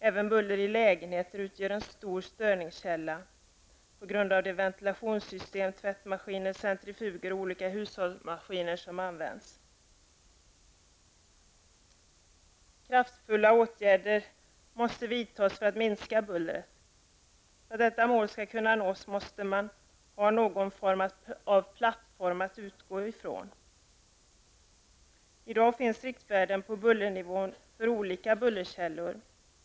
Även buller i lägenheter utgör en stor störningskälla beroende på det ventilationssystem, de tvättmaskiner, de centrifuger och de olika hushållsmaskiner som används. Det måste vidtas kraftfulla åtgärder för att minska bullret. För att detta mål skall kunna uppnås måste man ha en plattform att utgå ifrån. I dag finns riktvärden för bullernivån för olika bullerkällor.